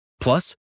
Plus